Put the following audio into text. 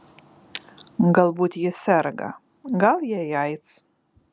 galbūt ji serga gal jai aids